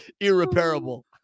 irreparable